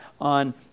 on